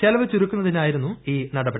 ചെലവ് ചുരുക്കുന്നതിനായിരുന്നു ഇീ ് ൻടപടി